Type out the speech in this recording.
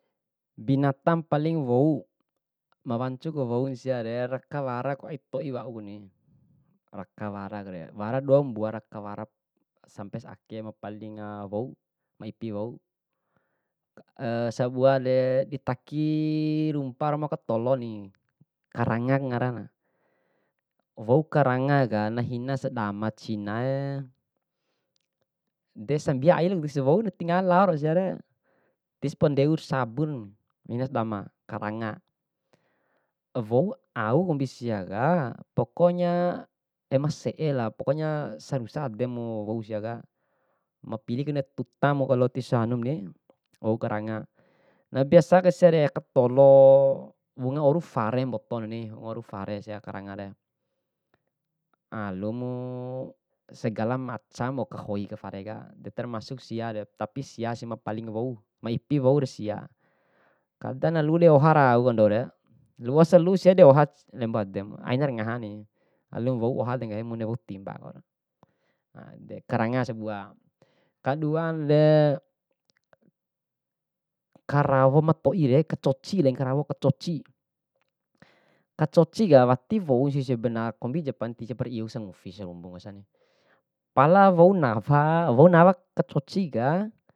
Binatang paling wou, nawancu wou siare rakawaraku aip to'i waukuni. Waraduambua rakawaraku sampai sake ma paling wou, ma ipi wou. sabuade ditaki rumpa romo aka tolo ni, karanga garana, wou karanga ka nahina sadama cinai, de sambia aisi woun tingawa loa siare, tisi pundeu sabun karanga. Wou au kombi siaka, pokonya emese'ela, pokonya sarusa ademu wou siaka, mapili kene tutamu kalo tishanum ngeh, wou karanga. Na biasa kai siare'aka tolo wunga oru fare mbotonani, wunga oru fare sia karangare. Alumu (segala macam waukhoi ka fareka, de termaksu sia re tapi sia mapaling wou ma ipi woure sia. Kadang na lu'u dei oha rau na andoure, na wausi lu'u sia dei oha, kalembo ademu aina ra ngahani, alum wou oha de bune wou timba waur na ede. Karanga sabua, kaduade karawo ma toi re, kacoci re, karawo kacoci, kacocika wati wousi sebenar, kombi japan wati japa iuku kangofi sarumbun pala wou nafa wou nawa kacoci ka.